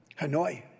Hanoi